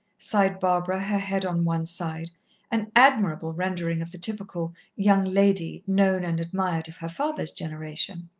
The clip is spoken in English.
sighed barbara, her head on one side an admirable rendering of the typical young lady known and admired of her father's generation.